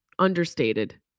Understated